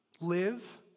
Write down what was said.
live